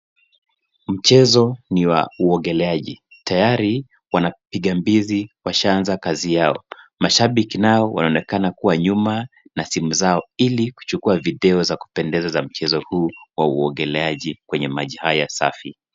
Mchezo ni wa uogeleaji, tayari wanapiga mbizi wameshaanza kazi yao. Mashabiki wanaonekana kuwa nyuma na simu zao ili kuchukuwa video za kupendeza za mchezo huu wa uogeleaji kwenye maji haya safi.